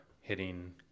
hitting